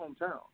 hometown